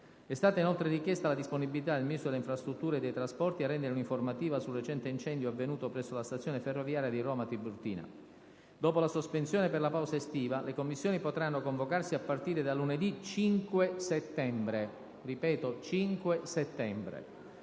È stata inoltre richiesta la disponibilità del Ministro delle infrastrutture e dei trasporti a rendere un'informativa sul recente incendio avvenuto presso la stazione ferroviaria di Roma Tiburtina. Dopo la sospensione per la pausa estiva, le Commissioni potranno convocarsi a partire da lunedì 5 settembre. L'Assemblea